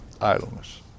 idleness